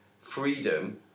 freedom